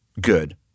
good